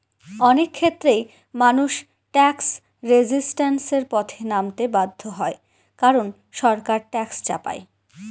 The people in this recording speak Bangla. অনেক ক্ষেত্রেই মানুষ ট্যাক্স রেজিস্ট্যান্সের পথে নামতে বাধ্য হয় কারন সরকার ট্যাক্স চাপায়